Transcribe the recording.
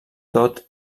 tot